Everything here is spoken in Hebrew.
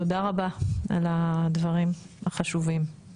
תודה רבה על הדברים החשובים.